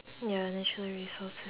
ya natural resources